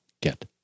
get